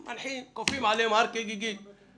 כופים עליהם הר כגיגית כפי שקפאו שד.